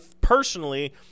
personally